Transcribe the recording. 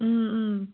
ꯎꯝ ꯎꯝ